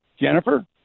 Jennifer